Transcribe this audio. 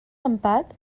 empat